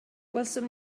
gwelsom